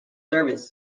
service